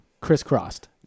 crisscrossed